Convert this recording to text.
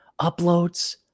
uploads